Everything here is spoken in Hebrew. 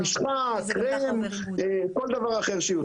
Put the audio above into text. משחה, קרם או כל דבר אחר שיותר.